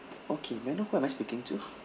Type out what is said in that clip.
okay may I know who am I speaking to